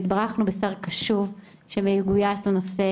והתברכנו בשר קשוב, שמגוייס לנושא.